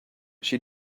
she